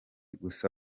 gusa